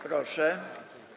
Proszę.